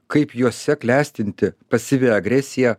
kaip jose klestinti pasyvi agresija